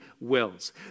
wills